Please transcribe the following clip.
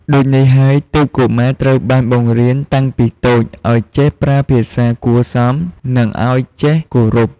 ដូចនេះហើយទើបកុមារត្រូវបានបង្រៀនតាំងពីតូចឲ្យចេះប្រើភាសារគួរសម និងអោយចេះគោរព។